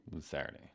Saturday